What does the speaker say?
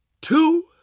two